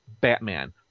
Batman